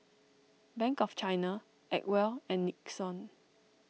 Bank of China Acwell and Nixon